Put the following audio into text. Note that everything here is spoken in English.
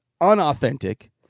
unauthentic